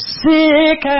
sick